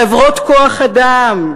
חברות כוח-אדם,